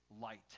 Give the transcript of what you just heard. light